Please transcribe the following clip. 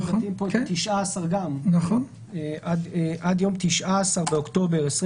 עד ה-19 באוקטובר 2021